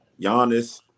Giannis